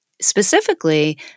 specifically